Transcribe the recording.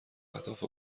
اهداف